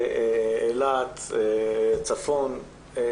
אילת, צפון.